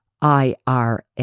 IRA